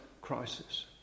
crisis